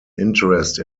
interest